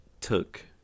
took